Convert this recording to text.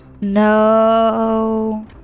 No